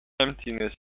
emptiness